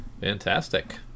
fantastic